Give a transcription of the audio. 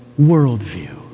worldview